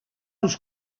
uns